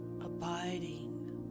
abiding